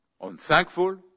unthankful